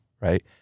right